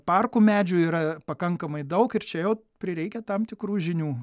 parkų medžių yra pakankamai daug ir čia jau prireikia tam tikrų žinių